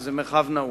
שזה מרחב נעול,